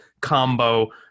combo